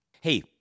Hey